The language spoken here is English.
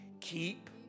Keep